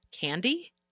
Candy